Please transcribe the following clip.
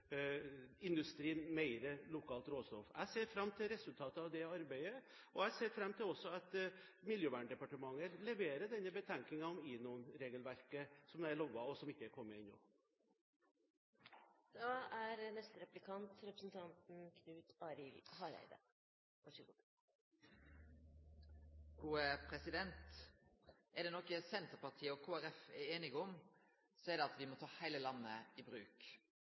industrien mer lokalt råstoff. Jeg ser fram til resultatet av dette arbeidet. Jeg ser også fram til at Miljøverndepartementet leverer den betenkningen om INON-regelverket som er lovet, og som ikke er kommet ennå. Er det noko Senterpartiet og Kristeleg Folkeparti er einige om, er det at me må ta heile landet i bruk.